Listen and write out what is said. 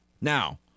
Now